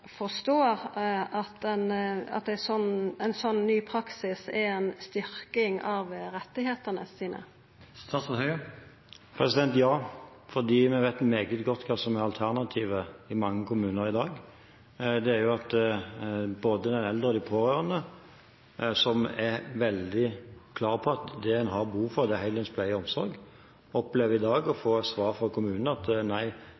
forstår at ein slik ny praksis er ei styrking av rettane hans eller hennar? Ja. For vi vet meget godt hva som er alternativet i mange kommuner i dag. Det er at både de eldre og de pårørende som er veldig klare på at det en har behov for, er heldøgns pleie og omsorg, i dag opplever å